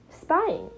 spying